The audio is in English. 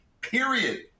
period